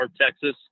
Texas